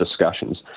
discussions